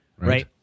right